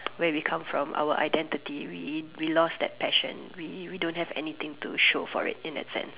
where we come from our identity we we lost that passion we we don't have anything to show for it in that sense